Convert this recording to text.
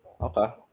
Okay